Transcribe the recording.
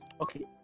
Okay